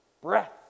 breath